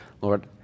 lord